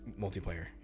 multiplayer